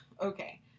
Okay